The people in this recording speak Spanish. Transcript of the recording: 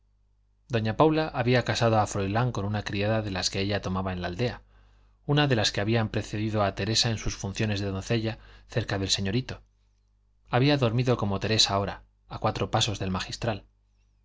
doña paula había casado a froilán con una criada de las que ella tomaba en la aldea una de las que habían precedido a teresa en sus funciones de doncella cerca del señorito había dormido como teresa ahora a cuatro pasos del magistral